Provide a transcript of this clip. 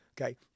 Okay